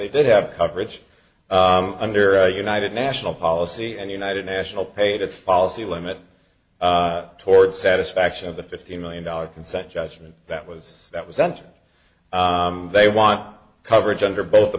they did have coverage under a united national policy and united national paid its policy limit towards satisfaction of the fifteen million dollars consent judgment that was that was sent they want coverage under both the